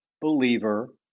believer